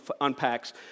unpacks